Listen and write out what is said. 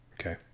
okay